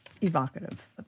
evocative